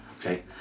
okay